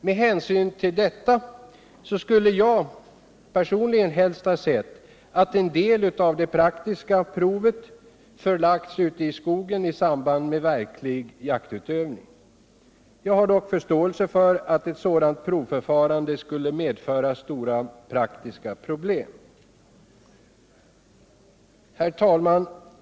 Med hänsyn härtill skulle jag personligen helst ha sett att en del av det praktiska provet hade förlagts ute i skogen i samband med verklig jaktutövning. Jag har dock förståelse för att ett sådant provförfarande skulle medföra stora praktiska problem. Herr talman!